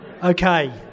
okay